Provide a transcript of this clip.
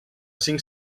cinc